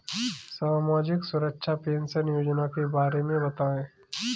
सामाजिक सुरक्षा पेंशन योजना के बारे में बताएँ?